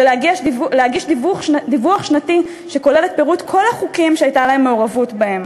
ולהגיש דיווח שנתי שכולל פירוט כל החוקים שהיא הייתה מעורבת בהם.